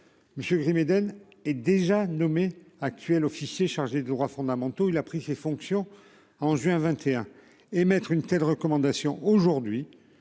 Grimm Eden est déjà nommé actuel officier chargé des droits fondamentaux. Il a pris ses fonctions en juin 21 émettre une telle recommandation. Aujourd'hui